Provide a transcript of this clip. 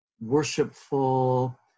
worshipful